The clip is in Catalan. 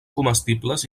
comestibles